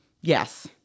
Yes